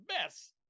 mess